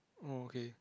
oh okay